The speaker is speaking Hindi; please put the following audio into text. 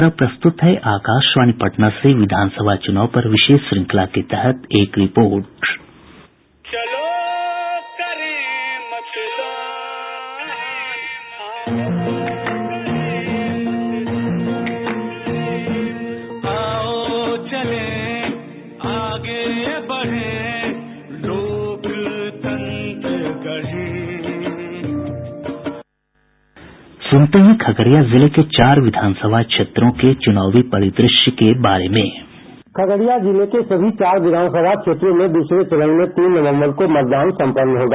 और अब प्रस्तुत है आकाशवाणी पटना से विधान सभा चुनाव पर विशेष श्रंखला के तहत एक रिपोर्ट साउंड बाईट सुनते हैं खगडिया जिले के चार विधान सभा क्षेत्रों का चूनावी परिद्रश्य साउंड बाईट खगड़िया जिले के समी चार विघानसभा क्षेत्रों में दूसरे चरण में तीन नवंबर को मतदान संपन्न होगा